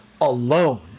alone